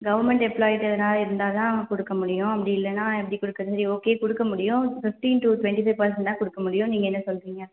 government employees எதனா இருந்தால் தான் கொடுக்க முடியும் அப்படி இல்லைன்னா எப்படி கொடுக்கறது சரி ஓகே கொடுக்க முடியும் fifteen to twenty five percent தான் கொடுக்க முடியும் நீங்கள் என்ன சொல்லுறீங்க